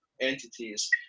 entities